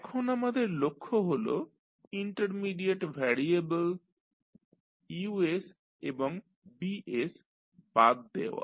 এখন আমাদের লক্ষ্য হলো ইন্টারমিডিয়েট ভ্যারিয়েবল U এবং B বাদ দেওয়া